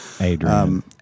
Adrian